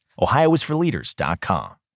OhioIsForLeaders.com